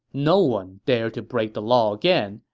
no one dared to break the law again,